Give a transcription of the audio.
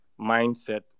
mindset